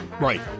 Right